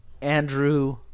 Andrew